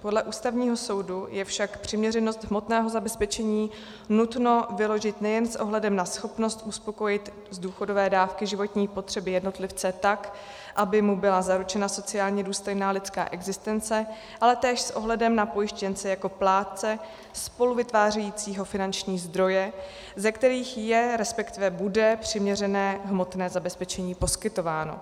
Podle Ústavního soudu je však přiměřenost hmotného zabezpečení nutno vyložit nejen s ohledem na schopnost uspokojit z důchodové dávky životní potřeby jednotlivce tak, aby mu byla zaručena sociálně důstojná lidská existence, ale též s ohledem na pojištěnce jako plátce spoluvytvářejícího finanční zdroje, ze kterých je, resp. bude přiměřené hmotné zabezpečení poskytováno.